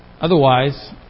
Otherwise